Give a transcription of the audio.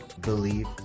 believe